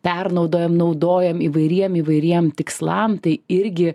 pernaudojam naudojam įvairiem įvairiem tikslam tai irgi